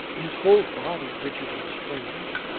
his whole body rigid and strained.